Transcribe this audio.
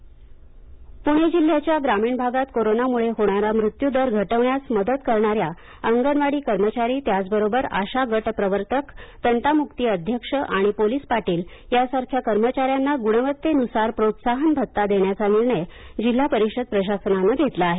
प्णे ग्रामीण पुणे जिल्ह्याच्या ग्रामीण भागात कोरोनामुळे होणारा मृत्यू दर घटवण्यास मदत करणाऱ्या अंगणवाडी कर्मचारी त्याचबरोबर आशा गट प्रवर्तक तंटामुक्ती अध्यक्ष आणि पोलीस पाटील यासारख्या कर्मचाऱ्यांना गुणवत्तेनुसार प्रोत्साहन भत्ता देण्याचा निर्णय जिल्हा परिषद प्रशासनानं घेतला आहे